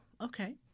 okay